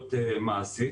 בפעילות מעשית.